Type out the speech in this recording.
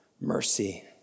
mercy